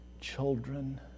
children